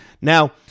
Now